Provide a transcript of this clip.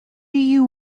you